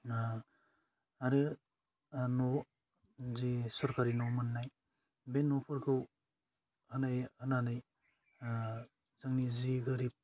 ओह आरो ओह न' जि सरकारि न' मोन्नाय बे न'फोरखौ होनाय होनानै ओह जोंनि जि गोरिब